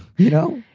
you know.